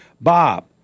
Bob